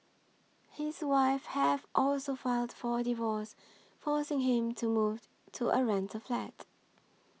his wife has also filed for a divorce forcing him to move to a rental flat